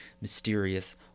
mysterious